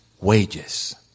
wages